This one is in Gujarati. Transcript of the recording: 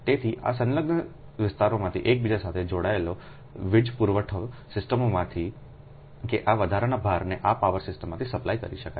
તેથી આ સંલગ્ન વિસ્તારોમાંથી એકબીજા સાથે જોડાયેલ વીજ પુરવઠો સિસ્ટમોમાંથી કે આ વધારાના ભારને આ પાવર સિસ્ટમમાંથી સપ્લાય કરી શકાય છે